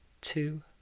two